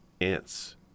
ants